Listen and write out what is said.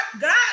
God